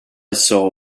saw